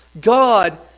God